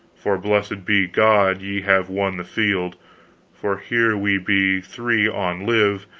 for blessed be god ye have won the field for here we be three on live,